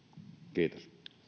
kiitos